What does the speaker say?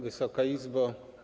Wysoka Izbo!